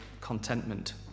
contentment